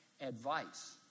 advice